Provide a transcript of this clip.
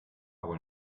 wohl